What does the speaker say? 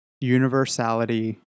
universality